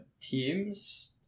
teams